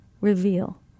reveal